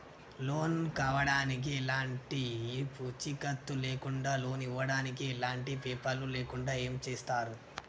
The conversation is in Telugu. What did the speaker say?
లోన్ కావడానికి ఎలాంటి పూచీకత్తు లేకుండా లోన్ ఇవ్వడానికి ఎలాంటి పేపర్లు లేకుండా ఏం చేస్తారు?